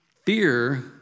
fear